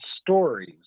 stories